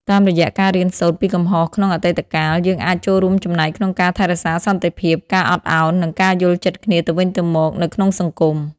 តាមរយៈការរៀនសូត្រពីកំហុសក្នុងអតីតកាល យើងអាចចូលរួមចំណែកក្នុងការថែរក្សាសន្តិភាព ការអត់អោន និងការយល់ចិត្តគ្នាទៅវិញទៅមកនៅក្នុងសង្គម។